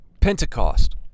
Pentecost